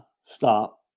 Stop